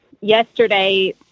yesterday